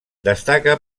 destaca